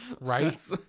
Right